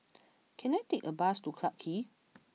can I take a bus to Clarke Quay